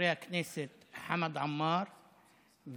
חברי הכנסת חמד עמאר וקרעי,